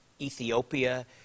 Ethiopia